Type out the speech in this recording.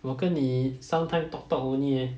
我跟你 sometime talk talk only eh